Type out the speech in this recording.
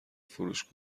فروش